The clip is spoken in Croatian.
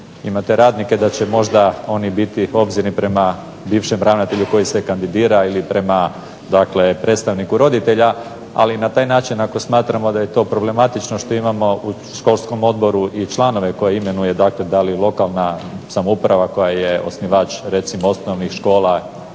imate radnike da će možda oni biti obzirni prema bivšem ravnatelju koji se kandidira ili prema dakle predstavniku roditelja. Ali na taj način ako smatramo da je to problematično što imamo u školskom odboru i članove koje imenuje dakle da li lokalna samouprava koja je osnivač recimo osnovnih škola,